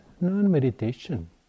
non-meditation